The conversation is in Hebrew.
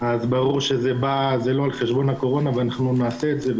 אז ברור שזה לא על חשבון הקורונה ואנחנו נעשה את זה.